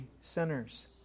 sinners